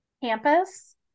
campus